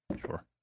Sure